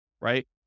right